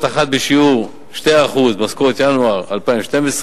אחת בשיעור 2% במשכורת ינואר 2012,